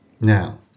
Now